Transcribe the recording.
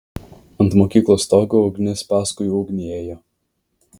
ant mokyklos stogo ugnis paskui ugnį ėjo